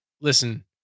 listen